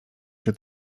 czy